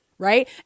Right